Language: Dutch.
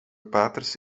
paters